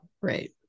right